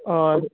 اور